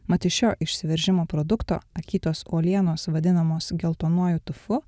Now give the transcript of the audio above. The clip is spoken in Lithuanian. mat iš šio išsiveržimo produkto akytos uolienos vadinamos geltonuoju tufu